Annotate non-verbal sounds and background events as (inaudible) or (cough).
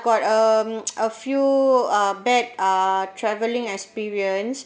I've got um (noise) a few uh bad uh travelling experience